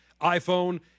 iPhone